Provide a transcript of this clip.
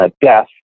death